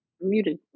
muted